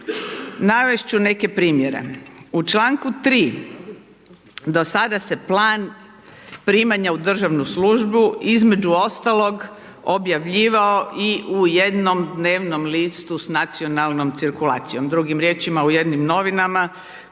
Navest ću neke primjere u članku 3. do sada se plan primanja u državnu službu između ostalog objavljivao i u jednom dnevnom listu s nacionalnom cirkulacijom, drugim riječima u jednim novinama